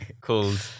called